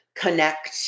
connect